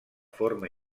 forma